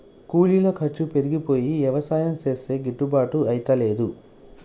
కూలీల ఖర్చు పెరిగిపోయి యవసాయం చేస్తే గిట్టుబాటు అయితలేదు